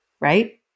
right